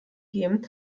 gegeben